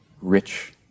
rich